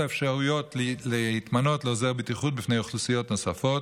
האפשרויות להתמנות לעוזר בטיחות בפני אוכלוסיות נוספות.